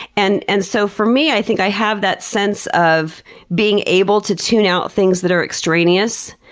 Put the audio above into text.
and and so for me, i think i have that sense of being able to tune out things that are extraneous.